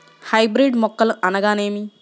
Hybrid మొక్కలు అనగానేమి?